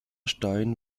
stein